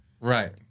right